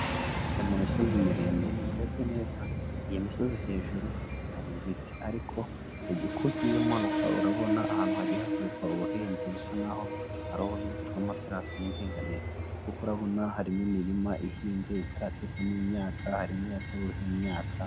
Ni mu misozi miremire, urebye neza, iyo misozi hejuru hari ibiti, ariko uko ugiye umanuka, urabona ahantu hagiye hakorerwa ubuhinzi, bisa n'aho hari ubuhinzi rw'amaterasi y'indeganire kuko urabona harimo imirima ihinze itaraterwamo imyaka, harimo iyateweho imyaka.